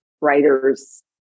writers